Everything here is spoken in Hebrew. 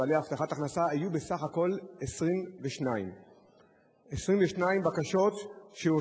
בעלי הבטחת הכנסה היו בסך הכול 22. 22 בקשות שאושרו.